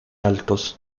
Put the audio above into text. altos